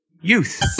Youth